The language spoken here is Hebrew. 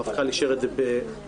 המפכ"ל אישר את זה בכבודו.